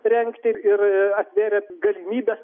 rengti ir atvėrė galimybes